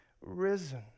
Risen